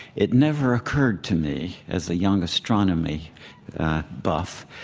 it never occurred to me, as a young astronomy buff,